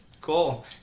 Cool